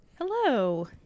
Hello